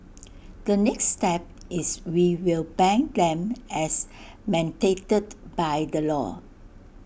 the next step is we will ban them as mandated by the law